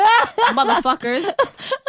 motherfuckers